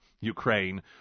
Ukraine